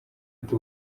ati